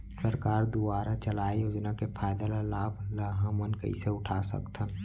सरकार दुवारा चलाये योजना के फायदा ल लाभ ल हमन कइसे उठा सकथन?